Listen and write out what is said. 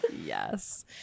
Yes